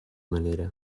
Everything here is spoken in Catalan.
manera